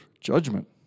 Judgment